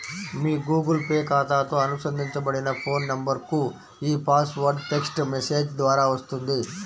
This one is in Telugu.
మీ గూగుల్ పే ఖాతాతో అనుబంధించబడిన ఫోన్ నంబర్కు ఈ పాస్వర్డ్ టెక్ట్స్ మెసేజ్ ద్వారా వస్తుంది